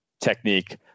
technique